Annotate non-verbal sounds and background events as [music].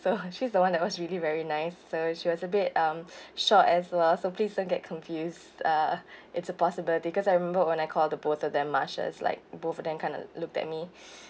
[laughs] so she's the one that was really very nice so she was a bit um short as well so please don't get confused uh it's a possible because I remembered when I called the both of them marsha like both of them kind of looked at me [breath]